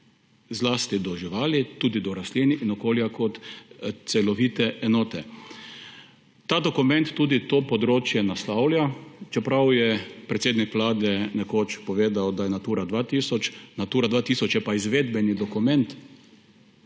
zlasti do živali, tudi do rastlin in okolja kot celovite enote. Ta dokument tudi to področje naslavlja, čeprav je predsednik Vlade nekoč povedal, da je Natura 2000, Natura 2000 je pa izvedbeni dokument,